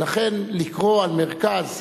לכן לקרוא למרכז